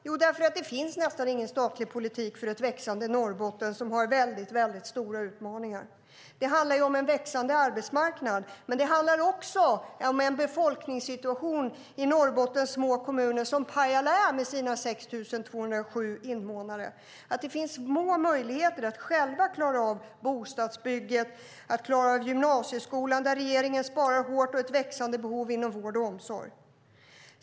Jo, därför att det nästan inte finns någon statlig politik för ett växande Norrbotten, som har väldigt stora utmaningar. Det handlar om en växande arbetsmarknad, men också om befolkningssituationen i Norrbottens små kommuner, som Pajala med sina 6 270 invånare. Det finns små möjligheter att själva klara av bostadsbyggen, gymnasieskolan, där regeringen sparar hårt, och ett växande behov inom vård och omsorg.